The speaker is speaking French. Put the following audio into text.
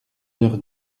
leur